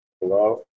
Hello